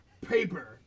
paper